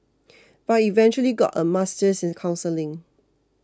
but he eventually got a master's in counselling